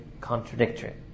contradictory